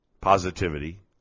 positivity